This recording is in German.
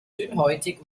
dünnhäutig